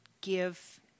give